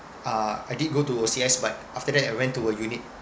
uh I did go to O_C_S but after that I went to a unit